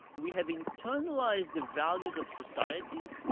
we have internalized the values of society.